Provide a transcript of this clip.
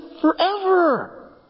forever